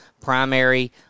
primary